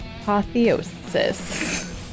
apotheosis